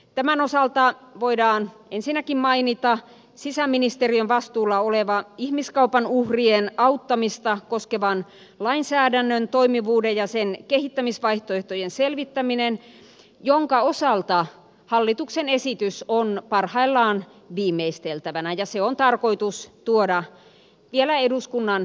tämän osalta voidaan ensinnäkin mainita sisäministeriön vastuulla oleva ihmiskaupan uhrien auttamista koskevan lainsäädännön toimivuuden ja sen kehittämisvaihtoehtojen selvittäminen jonka osalta hallituksen esitys on parhaillaan viimeisteltävänä ja se on tarkoitus tuoda vielä eduskunnan käsittelyyn